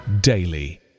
daily